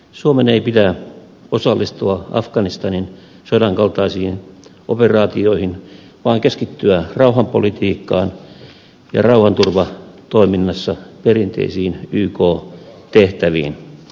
suomen ei pidä osallistua afganistanin sodan kaltaisiin operaatioihin vaan suomen tulee keskittyä rauhanpolitiikkaan ja rauhanturvatoiminnassa perinteisiin yk tehtäviin